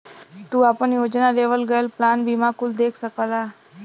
तू आपन योजना, लेवल गयल प्लान बीमा कुल देख सकला